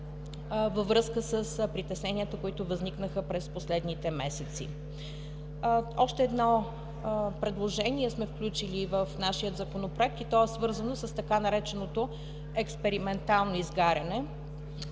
във връзка с притесненията, които възникнаха през последните месеци. Още едно предложение сме включили в нашия законопроект и то е свързано с така нареченото експериментално изгаряне